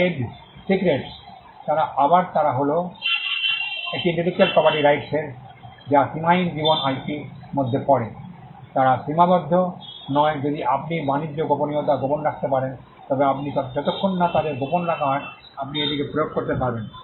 trade secrets তারা আবার তারা হল একটি ইন্টেলেকচুয়াল প্রপার্টি র রাইটস এর যা সীমাহীন জীবন আইপি এর মধ্যে পড়ে তারা সীমাবদ্ধ নয় যদি আপনি বাণিজ্য গোপনীয়তা গোপন রাখতে পারেন তবে আপনি যতক্ষণ না তাদের গোপন রাখা হয় আপনি এটিকে প্রয়োগ করতে পারবেন